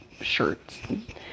shirts